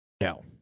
No